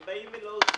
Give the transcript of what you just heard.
הם באים ולא עושים,